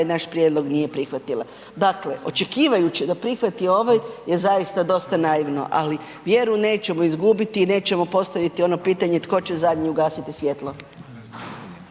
naš prijedlog nije prihvatila. Dakle, očekivajući da prihvati ovaj je zaista dosta naivno, ali vjeru nećemo izgubiti i nećemo postaviti ono pitanje tko će zadnji ugasiti svjetlo.